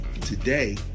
today